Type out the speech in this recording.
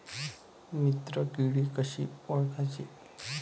मित्र किडी कशी ओळखाची?